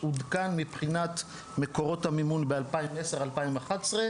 עודכן מבחינת מקורות המימון ב-2010-2011,